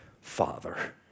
Father